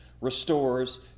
restores